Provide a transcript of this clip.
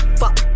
fuck